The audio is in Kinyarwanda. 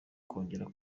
kongera